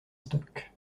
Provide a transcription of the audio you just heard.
stock